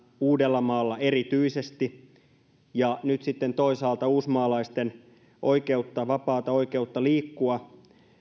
uudellamaalla ja nyt sitten toisaalta uusmaalaisten vapaata oikeutta liikkua